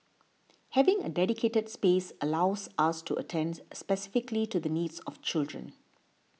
having a dedicated space allows us to attend specifically to the needs of children